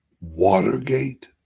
Watergate